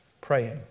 Praying